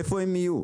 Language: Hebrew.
איפה הם יהיו?